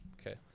okay